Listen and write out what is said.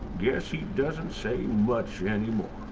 guess he doesn't say much anymore.